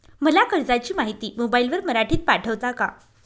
मला कर्जाची माहिती मोबाईलवर मराठीत पाठवता का?